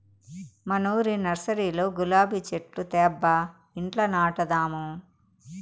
మనూరి నర్సరీలో గులాబీ చెట్లు తేబ్బా ఇంట్ల నాటదాము